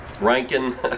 Rankin